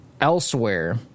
elsewhere